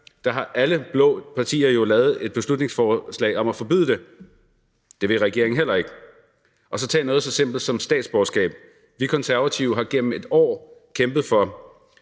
men alle blå partier har jo fremsat et beslutningsforslag om at forbyde det. Det vil regeringen heller ikke. Så kan vi tage noget så enkelt som statsborgerskab. Vi Konservative har igennem et år kæmpet for,